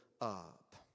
up